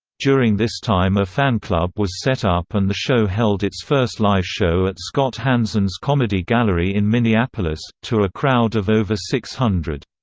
during this time a fan club was set up and the show held its first live show at scott hansen's comedy gallery in minneapolis, to a crowd of over six hundred.